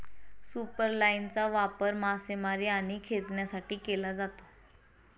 सुपरलाइनचा वापर मासेमारी आणि खेचण्यासाठी केला जातो